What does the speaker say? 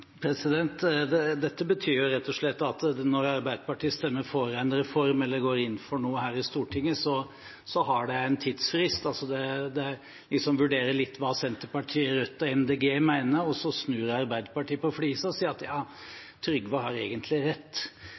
Dette betyr rett og slett at når Arbeiderpartiet stemmer for en reform eller går inn for noe her i Stortinget, har det en tidsfrist. En vil se an litt og vurdere hva Senterpartiet, Rødt og Miljøpartiet De Grønne mener, og så vil Arbeiderpartiet snu på flisa og si: Ja, Trygve har egentlig rett.